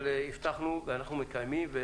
אבל הבטחנו ואנחנו מקיימים,